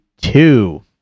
two